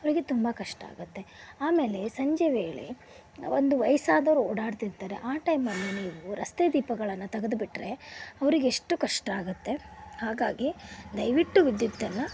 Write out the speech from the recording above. ಅವರಿಗೆ ತುಂಬ ಕಷ್ಟ ಆಗತ್ತೆ ಆಮೇಲೆ ಸಂಜೆ ವೇಳೆ ಒಂದು ವಯಸ್ಸಾದವರು ಓಡಾಡ್ತಿರ್ತಾರೆ ಆ ಟೈಮಲ್ಲಿ ನೀವು ರಸ್ತೆ ದೀಪಗಳನ್ನು ತೆಗೆದುಬಿಟ್ರೆ ಅವರಿಗೆ ಎಷ್ಟು ಕಷ್ಟ ಆಗತ್ತೆ ಹಾಗಾಗಿ ದಯವಿಟ್ಟು ವಿದ್ಯುತ್ತನ್ನು